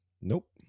Nope